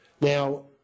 Now